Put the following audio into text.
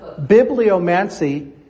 Bibliomancy